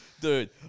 Dude